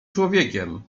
człowiekiem